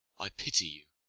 i pity you.